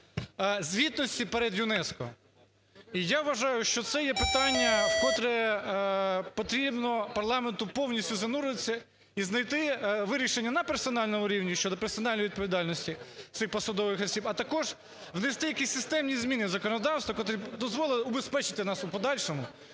звітності перед ЮНЕСКО. І я вважаю, що це є питання, в котре потрібно парламенту повністю зануритися і знайти вирішення на персональному рівні щодо персональної відповідальності цих посадових осіб, а також внести якісь системні зміни в законодавство, котрі б дозволили убезпечити нас у подальшому,